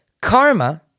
Karma